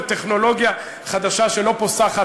וטכנולוגיה חדשה שלא פוסחת,